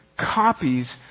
copies